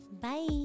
bye